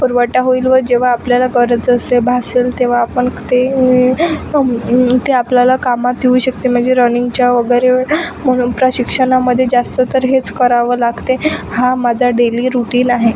पुरवठा होईल व जेव्हा आपल्याला गरज असे भासेल तेव्हा आपण ते ते आपल्याला कामात येऊ शकते म्हणजे रनिंगच्या वगैरे म्हणून प्रशिक्षणामध्ये जास्त तर हेच करावं लागते हा माझा डेली रुटीन आहे